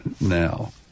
now